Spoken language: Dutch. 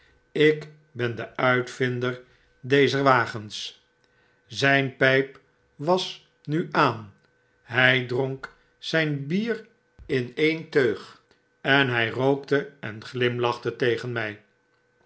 ik ben de nitvinder dezer wagens zyn pyp was nu aan hy dronk zijn bier in een teug en hjj rookte en glimlachte tegen mij